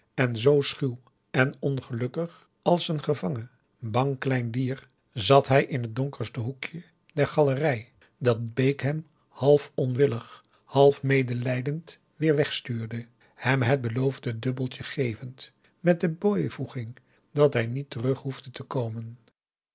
en zoo schuw en ongelukkig als een gevangen bang klein dier zat augusta de wit orpheus in de dessa hij in het donkerste hoekje der galerij dat bake hem half onwillig half medelijdend weer wegstuurde hem het beloofde dubbeltje gevend met de bijvoeging dat hij niet terug hoefde te komen